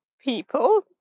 people